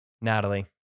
Natalie